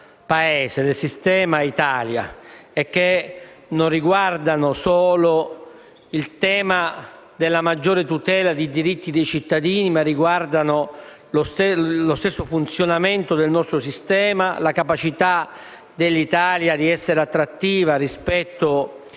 del sistema Italia, che non riguardano solo il tema della maggiore tutela dei diritti dei cittadini, ma lo stesso funzionamento del nostro sistema. Riguardano la capacità dell'Italia di essere attrattiva rispetto